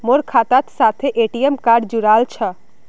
मोर खातार साथे ए.टी.एम कार्ड जुड़ाल छह